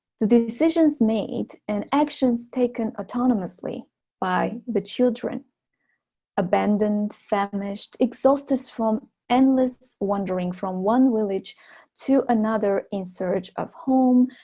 the decisions made and actions taken autonomously by the children abandoned, famished, exhausted from endless wondering from one village to another in search of home,